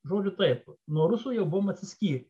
žodžiu taip nuo rusų jau buvom atsiskyrę